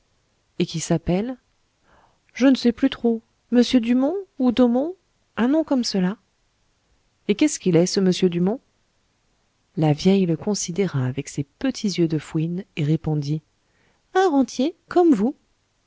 et qui s'appelle je ne sais plus trop monsieur dumont ou daumont un nom comme cela et qu'est-ce qu'il est ce monsieur dumont la vieille le considéra avec ses petits yeux de fouine et répondit un rentier comme vous